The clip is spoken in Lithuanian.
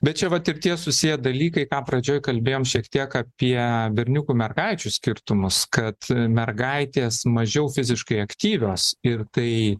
bet čia vat ir tie susiję dalykai ką pradžioj kalbėjom šiek tiek apie berniukų mergaičių skirtumus kad mergaitės mažiau fiziškai aktyvios ir tai